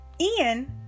Ian